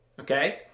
Okay